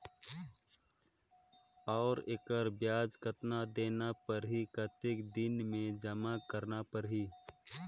और एकर ब्याज कतना देना परही कतेक दिन मे जमा करना परही??